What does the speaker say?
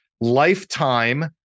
lifetime